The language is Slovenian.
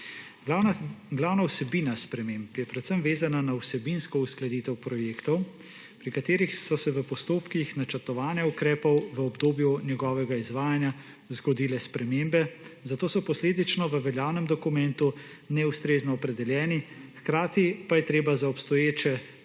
Glavna vsebina sprememb je predvsem vezana na vsebinsko uskladitev projektov pri katerih so se v postopkih načrtovanja ukrepov v obdobju njegovega izvajanja zgodile spremembe, zato so posledično v veljavnem dokumentu neustrezno opredeljeni hkrati pa je treba za obstoječe